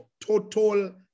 total